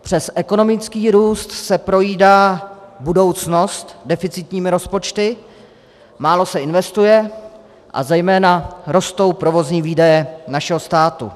Přes ekonomický růst se projídá budoucnost deficitními rozpočty, málo se investuje a zejména rostou provozní výdaje našeho státu.